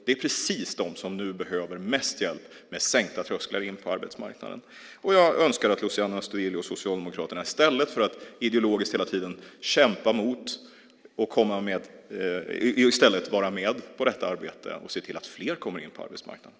Det är precis de som nu behöver mest hjälp med sänkta trösklar in på arbetsmarknaden. Jag skulle önska att Luciano Astudillo och Socialdemokraterna i stället för att ideologiskt hela tiden kämpa emot var med på detta arbete och såg till att fler kom in på arbetsmarknaden.